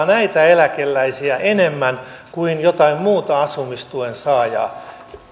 näitä eläkeläisiä enemmän kuin jotain muuta asumistuen saajaa